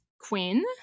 Quinn